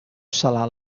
salar